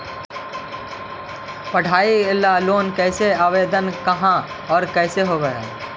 पढाई ल लोन के आवेदन कहा औ कैसे होब है?